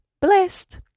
blessed